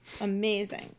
Amazing